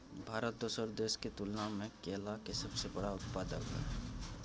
भारत दोसर देश के तुलना में केला के सबसे बड़ उत्पादक हय